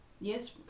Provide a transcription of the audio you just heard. Yes